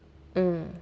mm